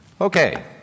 Okay